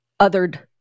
othered